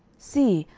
see,